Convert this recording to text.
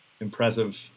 impressive